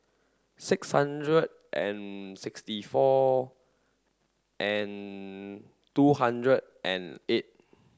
six hundred and sixty four and two hundred and eight